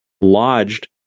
lodged